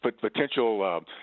Potential